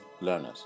learners